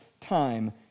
time